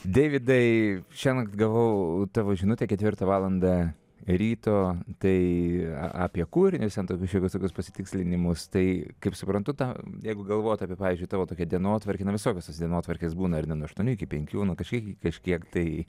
deividai šiąnakt gavau tavo žinutę ketvirtą valandą ryto tai apie kūrinius ten šiokius tokius pasitikslinimus tai kaip suprantu tą jeigu galvot apie pavyzdžiui tavo tokią dienotvarkę na visokios tos dienotvarkės būna ar ne nuo aštuonių iki penkių nuo kažkiek iki kažkiek tai